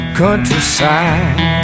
countryside